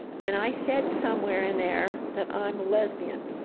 and i said somewhere in there that i'm a lesbian.